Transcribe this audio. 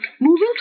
moving